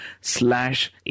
slash